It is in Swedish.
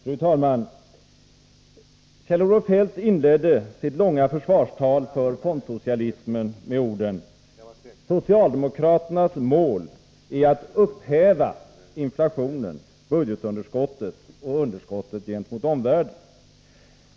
Fru talman! Kjell-Olof Feldt inledde sitt långa försvarstal för fondsocialismen med orden: Socialdemokraternas mål är att upphäva inflationen, budgetunderskottet och underskottet gentemot omvärlden.